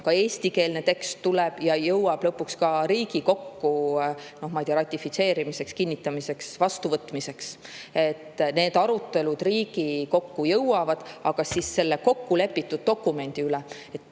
ka eestikeelne tekst tuleb ja jõuab lõpuks ka Riigikokku ratifitseerimiseks, kinnitamiseks, vastuvõtmiseks. Need arutelud Riigikokku jõuavad, aga selle kokkulepitud dokumendi üle.